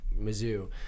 Mizzou